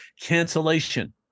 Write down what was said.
cancellation